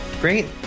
great